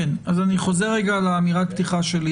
אז אני חוזר על אמירת הפתיחה שלי,